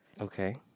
Okay